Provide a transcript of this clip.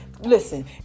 Listen